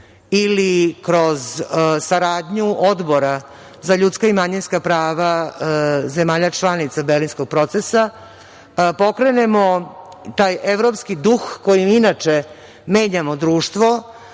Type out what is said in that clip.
ili kroz saradnju Odbora za ljudska i manjinska prava zemalja članica Berlinskog procesa pokrenemo taj evropski duh kojim inače menjamo društvo,